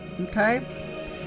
okay